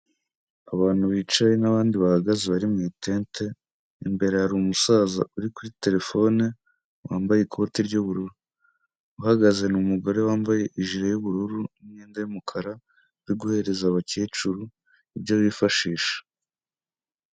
Abantu bicaye n'abandi bahagaze bari mu itente, imbere hari umusaza uri kuri terefone, wambaye ikote ry'ubururu. Uhagaze ni umugore wambaye ijiri y'ubururu n'imyenda y'umukara, uri guhereza abakecuru ibyo bifashisha.